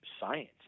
science